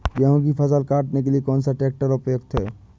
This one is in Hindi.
गेहूँ की फसल काटने के लिए कौन सा ट्रैक्टर उपयुक्त है?